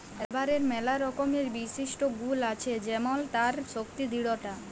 রাবারের ম্যালা রকমের বিশিষ্ট গুল আছে যেমল তার শক্তি দৃঢ়তা